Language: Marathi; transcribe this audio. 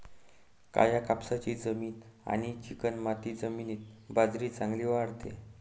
काळ्या कापसाची जमीन आणि चिकणमाती जमिनीत बाजरी चांगली वाढते